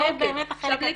זה באמת החלק הקשה.